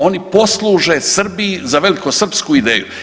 Oni posluže Srbiji za velikosrpsku ideju.